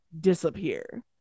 disappear